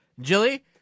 Jilly